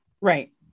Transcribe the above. Right